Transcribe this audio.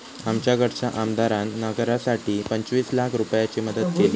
आमच्याकडच्या आमदारान नगरासाठी पंचवीस लाख रूपयाची मदत केली